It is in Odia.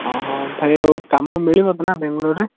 ହଁ ହଁ ଭାଇ ଆଉ କାମ ମିଳିବ ତ ନା ବେଙ୍ଗଲୋରରେ